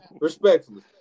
Respectfully